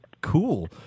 cool